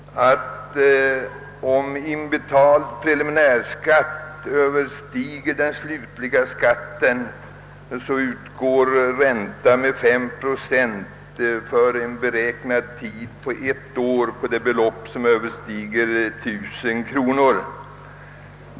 Om inbetald preliminärskatt överstiger den slutliga skatten, utgår för närvarande ränta med 5 procent under en beräknad tid av ett år på det belopp, som överskrider 1000 kronor.